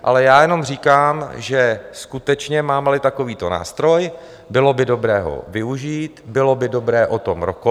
Ale já jenom říkám, že skutečně mámeli takovýto nástroj, bylo by dobré ho využít, bylo by dobré o tom rokovat.